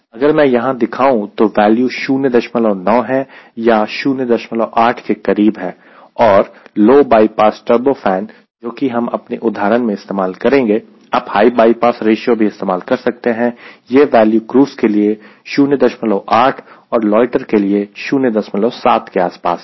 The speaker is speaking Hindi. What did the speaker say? अगर मैं यहां दिखाऊं तो वैल्यू 09 है या 08 के करीब है और लो बाईपास टर्बो फैन जो कि हम अपने उदाहरण में इस्तेमाल करेंगे आप हाई बायपास रेश्यो भी इस्तेमाल कर सकते हैं यह वैल्यू क्रूज़ के लिए 08 और लोयटर के लिए 07 के आसपास है